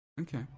Okay